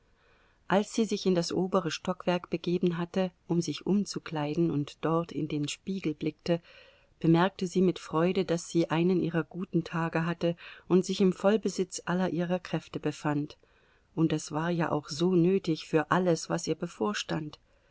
als sie sich in das obere stockwerk begeben hatte um sich umzukleiden und dort in den spiegel blickte bemerkte sie mit freude daß sie einen ihrer guten tage hatte und sich im vollbesitz aller ihrer kräfte befand und das war ja auch so nötig für alles was ihr bevorstand